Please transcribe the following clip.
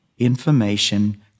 information